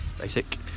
Basic